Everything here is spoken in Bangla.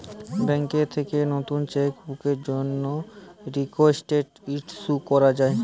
ব্যাঙ্ক থেকে নতুন চেক বুকের জন্যে রিকোয়েস্ট ইস্যু করা যায়